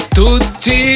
tutti